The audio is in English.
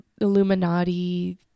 Illuminati